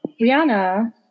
Rihanna